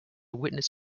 witness